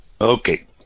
Okay